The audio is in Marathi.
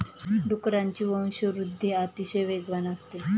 डुकरांची वंशवृद्धि अतिशय वेगवान असते